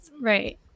Right